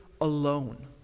alone